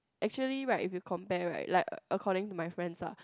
actually right if you compare right like according to my friends ah